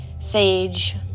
sage